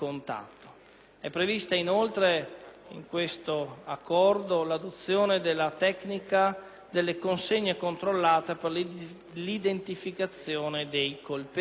è prevista poi l'adozione della tecnica delle consegne controllate per l'identificazione dei colpevoli.